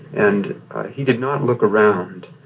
and he did not look around,